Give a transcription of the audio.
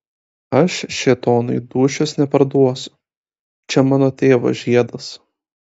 aš šėtonui dūšios neparduosiu čia mano tėvo žiedas